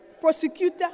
prosecutor